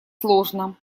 сложно